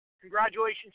congratulations